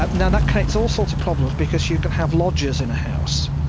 but now that creates all sorts of problems because you can have lodgers in a house,